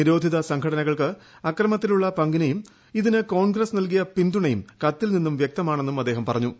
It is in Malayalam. നിരോധിത സംഘടനകൾക്ക് അക്രമത്തിലുള്ള പങ്കിനെയും ഇതിന് കോൺഗ്രസ് നല്കിയ പിന്തുണയും കത്തിൽ നിന്ന് വൃക്തമാണെന്നും അദ്ദേഹം പറഞ്ഞു